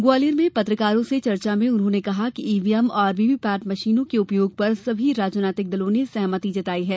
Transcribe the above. ग्वालियर में पत्रकारों से चर्चा में उन्होंने कहा कि ईवीएम और वीवीपेट मशीनों के उपयोग पर सभी राजनीतिक दलों ने सहमति जताई है